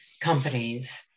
companies